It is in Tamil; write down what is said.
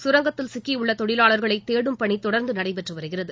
சுரங்கத்தில் சிக்கியுள்ள தொழிலாளர்களை தேடும் பணி தொடர்ந்து நடைபெற்று வருகிறது